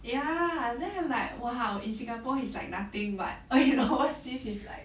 ya then I'm like !wow! in singapore he's like nothing but err in overseas he's like